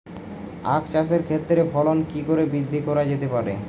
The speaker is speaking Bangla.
আক চাষের ক্ষেত্রে ফলন কি করে বৃদ্ধি করা যেতে পারে?